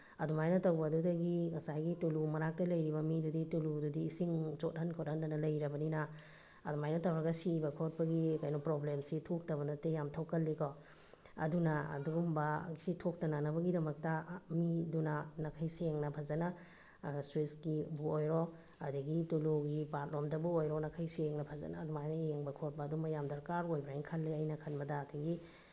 ꯑꯗꯨꯃꯥꯏꯅ ꯇꯧꯕꯗꯨꯗꯒꯤ ꯉꯁꯥꯏꯒꯤ ꯇꯨꯂꯨ ꯃꯅꯥꯛꯇ ꯂꯩꯔꯤꯕ ꯃꯤꯗꯨꯗꯤ ꯇꯨꯂꯨꯗꯨꯗꯤ ꯏꯁꯤꯡ ꯆꯣꯠꯍꯟ ꯈꯣꯠꯍꯟꯗꯅ ꯂꯩꯔꯕꯅꯤꯅ ꯑꯗꯨꯃꯥꯏꯅ ꯇꯧꯔꯒ ꯁꯤꯕ ꯈꯣꯠꯄꯒꯤ ꯀꯩꯅꯣ ꯄ꯭ꯔꯣꯕ꯭ꯂꯦꯝꯁꯤ ꯊꯣꯛꯇꯕ ꯅꯠꯇꯦ ꯌꯥꯝ ꯊꯣꯛꯀꯜꯂꯤ ꯀꯣ ꯑꯗꯨꯅ ꯑꯗꯨꯒꯨꯝꯕ ꯁꯤ ꯊꯣꯛꯇꯅꯅꯕꯒꯤꯃꯛꯇ ꯃꯤꯗꯨꯅ ꯅꯥꯈꯩ ꯁꯦꯡꯅ ꯐꯖꯅ ꯁ꯭ꯋꯤꯁꯀꯤꯕꯨ ꯑꯣꯏꯔꯣ ꯑꯗꯒꯤ ꯇꯨꯂꯨꯒꯤ ꯄꯥꯔꯠꯂꯣꯝꯗꯕꯨ ꯑꯣꯏꯔꯣ ꯅꯥꯈꯩꯁꯦꯡꯅ ꯐꯖꯅ ꯑꯗꯨꯃꯥꯏꯅ ꯌꯦꯡꯕ ꯈꯣꯠꯄ ꯑꯗꯨꯒꯨꯝꯕ ꯌꯥꯝ ꯗꯔꯀꯥꯔ ꯑꯣꯏꯕ꯭ꯔꯥ ꯍꯥꯏꯅ ꯈꯜꯂꯦ ꯑꯩꯅ ꯈꯟꯕꯗ ꯑꯗꯒꯤ